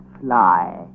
fly